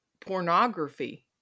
pornography